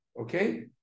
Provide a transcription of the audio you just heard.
Okay